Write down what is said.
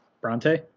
bronte